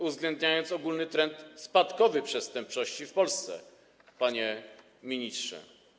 uwzględniając ogólny trend spadkowy przestępczości w Polsce, panie ministrze.